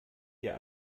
dir